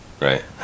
right